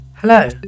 Hello